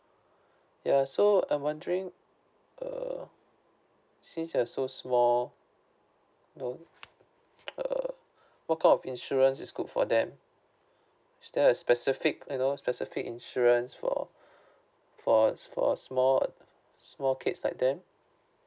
ya so I'm wondering err since they're so small you know err what kind of insurance is good for them is there a specific you know specific insurance for for a for a small uh small kids like them